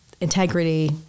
integrity